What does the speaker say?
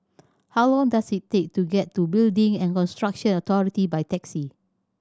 how long does it take to get to Building and Construction Authority by taxi